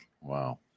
Wow